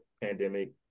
pandemic